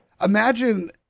Imagine